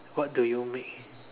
what do you make